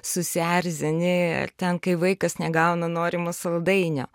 susierzini ten kai vaikas negauna norimo saldainio